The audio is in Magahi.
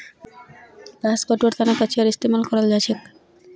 घास कटवार तने कचीयार इस्तेमाल कराल जाछेक